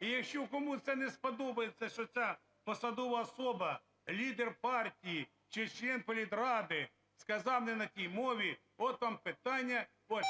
І якщо комусь це не сподобається, що ця посадова особа, лідер партії чи член політради, сказав не на тій мові, от вам питання... от